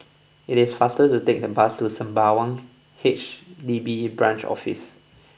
it is faster to take the bus to Sembawang H D B Branch Office